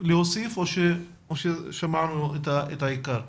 להוסיף או ששמענו את העיקר?